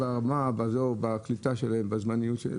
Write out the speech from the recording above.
בקליטה שלהם, בזמניות.